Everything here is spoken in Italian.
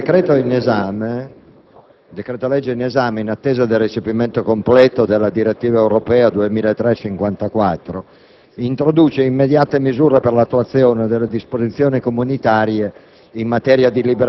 il decreto-legge in esame, in attesa del recepimento completo della direttiva europea 2003/54/CE, introduce immediate misure per l'attuazione delle disposizioni comunitarie